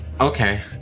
Okay